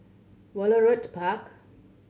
Woollerton Park